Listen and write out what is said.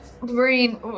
Green